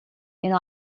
and